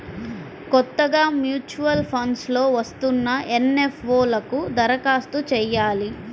కొత్తగా mutual funds లో వస్తున్న ఎన్.ఎఫ్.ఓ లకు దరఖాస్తు చెయ్యాలి